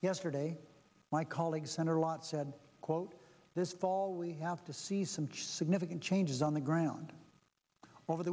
yesterday my colleague senator lott said quote this fall we have to see some significant changes on the ground over the